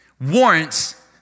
warrants